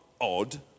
odd